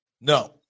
No